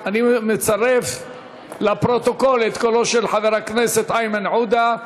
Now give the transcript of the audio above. אני מצרף לפרוטוקול את קולו של חבר הכנסת איימן עודה.